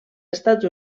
estats